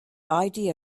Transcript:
idea